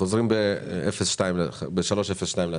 חוזרים ב-15:02.